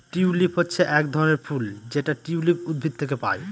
tulip হচ্ছে এক ধরনের ফুল যেটা টিউলিপ উদ্ভিদ থেকে পায়